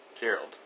Gerald